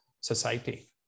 society